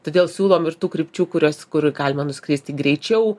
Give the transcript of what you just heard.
todėl siūlom ir tų krypčių kurias kur galima nuskristi greičiau